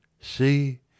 See